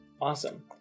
Awesome